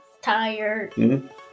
tired